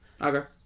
Okay